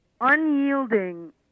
unyielding